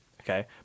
Okay